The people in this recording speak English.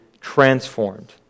transformed